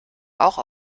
auch